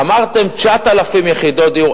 אמרתם: 9,000 יחידות דיור.